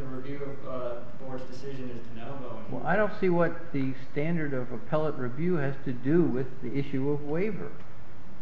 waved or says well i don't see what the standard of appellate review has to do with the issue of waiver